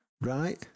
right